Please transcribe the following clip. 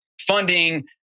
funding